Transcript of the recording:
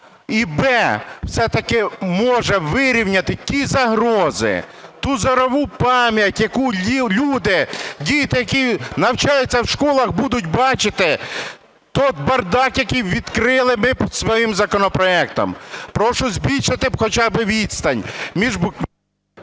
і б) все-таки може вирівняти ті загрози, ту зорову пам'ять, яку люди, діти які навчаються в школах будуть бачити той бардак, який відкрили ми під своїм законопроектом. Прошу збільшити хоча би відстань. ГОЛОВУЮЧИЙ.